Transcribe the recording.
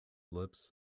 lips